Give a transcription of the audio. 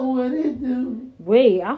Wait